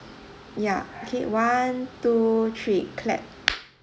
ya okay one two three clap